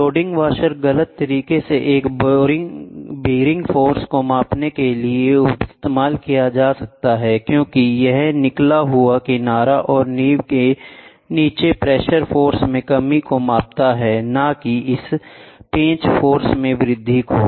loading washer गलत तरीके से एक बेरिंग फोर्स को मापने के लिए इस्तेमाल किया जा रहा है क्योंकि यह निकला हुआ किनारा और नींव के बीच प्रेशर फोर्स में कमी को मापता है न कि इस पेंच फोर्स में वृद्धि को